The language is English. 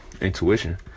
intuition